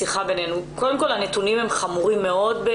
הנתונים חמורים מאוד.